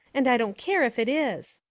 and i don't care if it is,